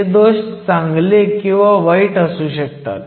हे दोष चांगले किंवा वाईट असू शकतात